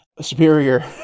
superior